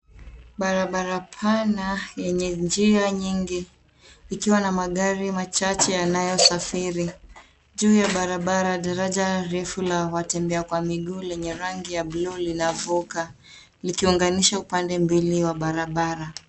Barabara pana yenye njia nyingi likiwa na magari machache yanayosafiri. Juu ya barabara daraja refu la watembea kwa miguu lenye rangi ya bluu linavuka likiunganisha upande mbili wa barabara.